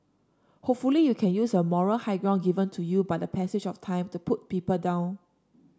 hopefully you can use a moral high ground given to you by the passage of time to put people down